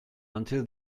until